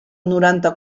noranta